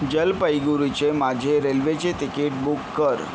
जलपैगुरीचे माझे रेल्वेचे ticket book कर